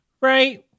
right